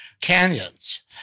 Canyons